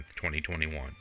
2021